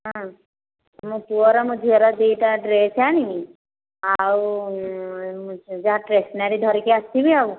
ହଁ ମୋ ପୁଅର ମୋ ଝିଅର ଦୁଇଟା ଡ୍ରେସ୍ ଆଣିବି ଆଉ ଯାହା ଟେସନାରୀ ଧରିକି ଆସିବି ଆଉ